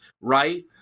right